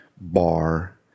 bar